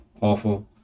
awful